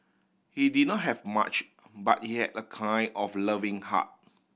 he did not have much but he had a kind of loving heart